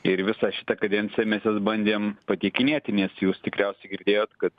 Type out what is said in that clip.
ir visą šitą kadenciją mes juos bandėm pateikinėti nes jūs tikriausiai girdėjot kad